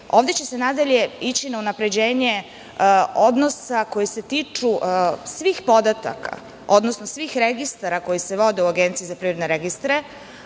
ovde će se nadalje ići na unapređenje odnosa koji se tiču svih podataka, odnosno svih registara koji se vode u APR a koji su